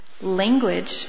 Language